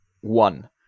one